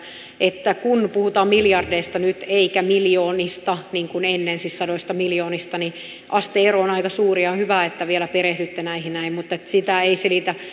että kun nyt puhutaan miljardeista eikä miljoonista niin kuin ennen siis sadoista miljoonista niin aste ero on aika suuri ja on hyvä että vielä perehdytte näihin näin mutta sitä ei selitä